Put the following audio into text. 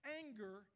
anger